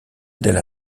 della